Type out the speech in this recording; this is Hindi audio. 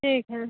ठीक है